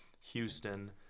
Houston